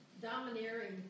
domineering